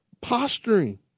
posturing